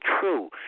true